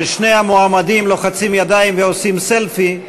ששני המועמדים לוחצים ידיים ועושים סלפי,